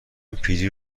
پیری